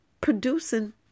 producing